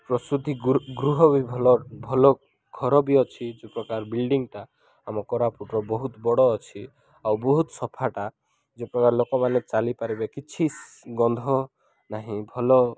ପ୍ରସୂତି ଗୃହ ବି ଭଲ ଭଲ ଘର ବି ଅଛି ଯେଉଁ ପ୍ରକାର ବିଲ୍ଡିଂଟା ଆମ କୋରାପୁଟର ବହୁତ ବଡ଼ ଅଛି ଆଉ ବହୁତ ସଫାଟା ଯେଉଁ ପ୍ରକାର ଲୋକମାନେ ଚାଲିପାରିବେ କିଛି ଗନ୍ଧ ନାହିଁ ଭଲ